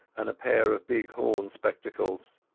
and a pair of big horn spectacles.